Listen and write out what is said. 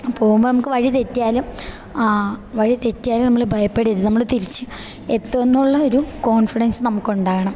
പോകുമ്പോൾ നമുക്ക് വഴി തെറ്റിയാലും ആ വഴി തെറ്റിയാലും നമ്മൾ ഭയപ്പെടരുത് നമ്മൾ തിരിച്ച് എത്തും എന്നുള്ള ഒരു കോൺഫിഡൻസ് നമുക്ക് ഉണ്ടാകണം